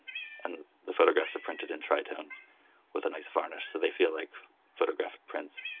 and the photographs are printed in tritone with a nice varnish so they feel like photographic prints,